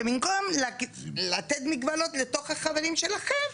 שבמקום לתת ממגבלות לתוך החברים שלכם,